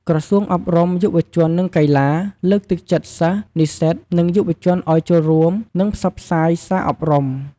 ក្រសួងអប់រំ យុវជន និងកីឡា លើកទឹកចិត្តសិស្ស និស្សិត និងយុវជនឱ្យចូលរួម និងផ្សព្វផ្សាយសារអប់រំ។